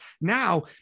Now